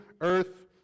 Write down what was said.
earth